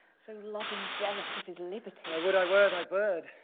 so loving-jealous of his liberty. i would i were thy bird.